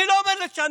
אני לא אומר לשנות,